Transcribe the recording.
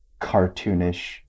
cartoonish